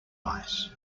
lice